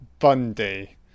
Bundy